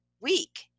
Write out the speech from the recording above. week